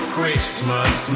Christmas